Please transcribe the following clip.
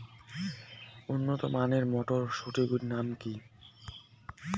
উন্নত মানের মটর মটরশুটির নাম?